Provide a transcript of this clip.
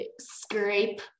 Scrape